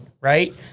right